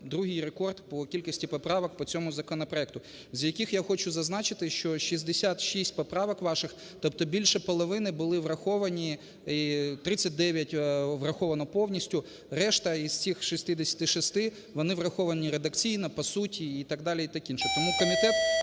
другий рекорд по кількості поправок по цьому законопроекту, з яких, я хочу зазначити, що 66 поправок ваших, тобто більше половини були враховані. 39 враховані повністю. Решта із цих 66-и, вони враховані редакційно, по суті і так далі, і таке інше. Тому комітет